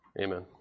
Amen